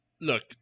look